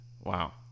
Wow